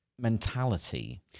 mentality